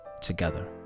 together